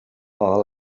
all